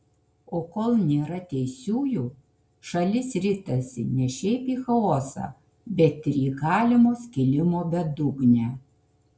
o kol nėra teisiųjų šalis ritasi ne šiaip į chaosą bet ir į galimo skilimo bedugnę